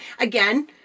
Again